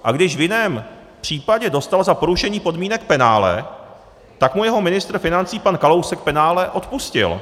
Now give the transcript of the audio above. A když v jiném případě dostal za porušení podmínek penále, tak mu jeho ministr financí pan Kalousek penále odpustil.